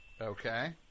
Okay